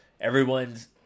everyone's